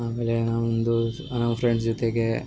ಆಮೇಲೆ ನಾವು ಒಂದು ನಮ್ಮ ಫ್ರೆಂಡ್ಸ್ ಜೊತೆಗೆ